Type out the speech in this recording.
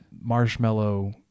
marshmallow